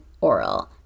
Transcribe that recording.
oral